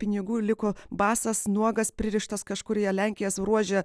pinigų liko basas nuogas pririštas kažkurioje lenkijos ruože